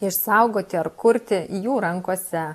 išsaugoti ar kurti jų rankose